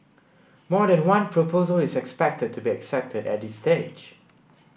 more than one proposal is expected to be accepted at this stage